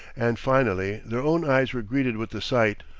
and finally their own eyes were greeted with the sight.